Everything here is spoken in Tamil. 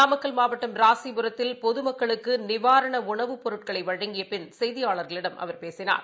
நாமக்கல் மாவட்டம் ராசிபுரத்தில் பொதுமக்களுக்குநிவாரணஉணவுப் பொருட்களைவழங்கியப் பின் செய்தியாளர்களிடம் அவர் பேசினார்